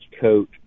coat